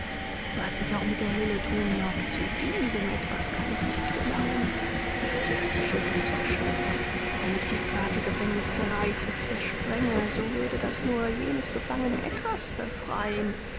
was ich auch mit der hülle thun mag zu diesem etwas kann ich nicht gelangen wildes schönes geschöpf wenn ich dies zarte gefängnis zerreiße zersprenge so würde das nur jenes gefangene etwas befreien